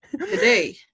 today